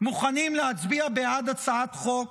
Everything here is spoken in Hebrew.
מוכנים להצביע בעד הצעת חוק